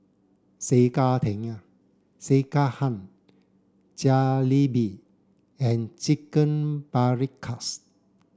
Sekihan Jalebi and Chicken Paprikas